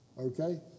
Okay